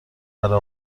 برا